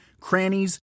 crannies